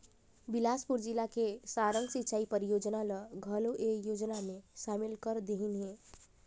बेलासपुर जिला के सारंग सिंचई परियोजना ल घलो ए योजना मे सामिल कर देहिनह है